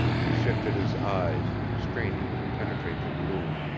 he shifted his eyes, straining to penetrate the gloom.